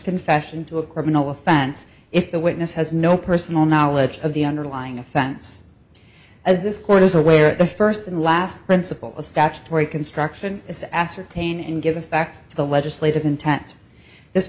confession to a criminal offense if the witness has no personal knowledge of the underlying offense as this court is aware the first and last principle of statutory construction is ascertain and give effect to the legislative intent this